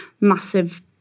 massive